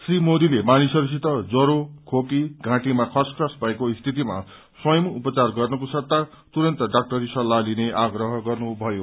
श्री मोदीले मानिसहरूसित ज्वरो खोकी घाँटीमा खसखस भएको स्थितिमा स्वयं उपचार गर्नुको सट्टा तुरन्त डाक्टरी सल्लाहरू लिने आग्रह गर्नुभयो